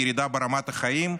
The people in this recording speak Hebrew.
ירידה ברמת החיים,